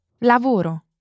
lavoro